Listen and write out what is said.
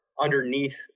underneath